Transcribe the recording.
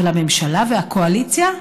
אבל הממשלה והקואליציה?